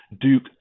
Duke